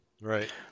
Right